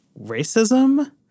racism